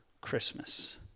Christmas